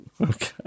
Okay